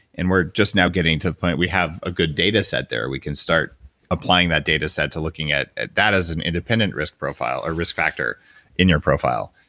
and we're just now getting to the point we have a good data set there. we can start applying that data set to looking at at that as an independent risk profile or risk factor in your profile.